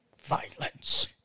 violence